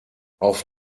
auf